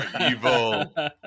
Evil